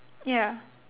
ya